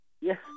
Yes